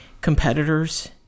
competitors